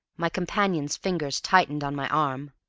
my companion's fingers tightened on my arm.